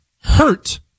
hurt